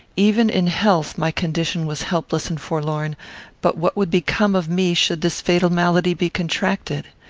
even in health my condition was helpless and forlorn but what would become of me should this fatal malady be contracted?